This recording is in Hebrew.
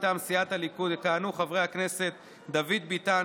מטעם סיעת הליכוד יכהנו חברי הכנסת דוד ביטן,